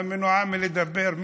מנועה מלדבר.